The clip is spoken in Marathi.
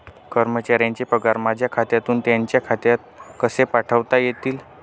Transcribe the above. कर्मचाऱ्यांचे पगार माझ्या खात्यातून त्यांच्या खात्यात कसे पाठवता येतील?